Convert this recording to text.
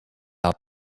out